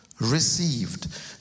Received